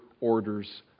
orders